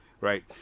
right